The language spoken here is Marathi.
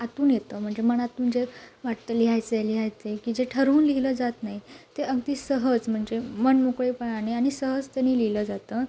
आतून येतं म्हनजे मनातून जे वाटतं लिहायचं आहे लिहायचं आहे की जे ठरवून लिहिलं जात नाई ते अगदी सहज म्हणजे मनमोकळेपणाने आणि सहजतेने लिहिलं जातं